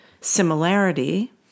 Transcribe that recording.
similarity